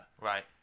Right